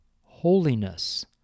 Holiness